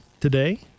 today